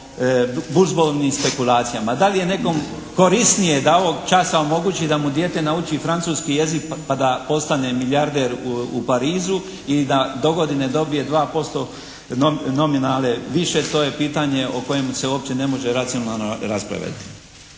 o burzovnim spekulacijama. Da li je nekom korisnije da ovog časa omogući da mu dijete nauči francuski jezik pa da postane milijarder u Parizu ili da dogodine dobije dva posto nominale više to je pitanje o kojemu se uopće ne može racionalno raspravljati.